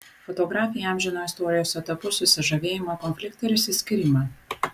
fotografė įamžino istorijos etapus susižavėjimą konfliktą ir išsiskyrimą